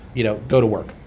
you know go to work.